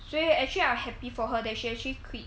所以 actually I'm happy for her that she actually quit